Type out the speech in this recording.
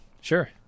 Sure